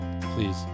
please